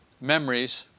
Memories